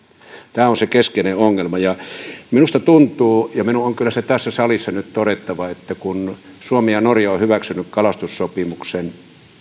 tämä on se keskeinen ongelma minusta tuntuu ja minun on kyllä se tässä salissa nyt todettava että kun suomi ja norja ovat hyväksyneet kalastussopimuksen